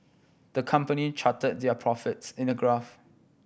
the company charted their profits in a graph